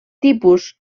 tipus